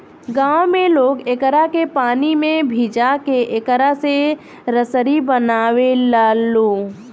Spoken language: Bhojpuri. गांव में लोग एकरा के पानी में भिजा के एकरा से रसरी बनावे लालो